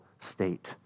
state